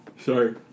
sorry